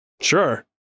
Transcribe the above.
sure